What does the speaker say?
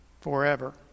forever